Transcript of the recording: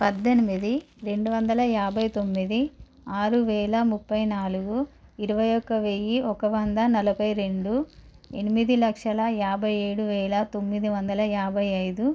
పద్దెనిమిది రెండు వందల యాభై తొమ్మిది ఆరు వేల ముప్పై నాలుగు ఇరవై ఒక వెయ్యి ఒక వంద నలభై రెండు ఎనిమిది లక్షల యాభై ఏడు వేల తొమ్మిది వందల యాభై ఐదు